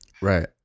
Right